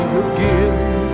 again